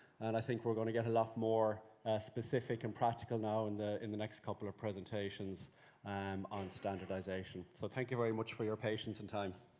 and i think we are going to get a lot more specific and practical now in the in the next couple of presentations um on standardisation. thank you very much for your patience and time.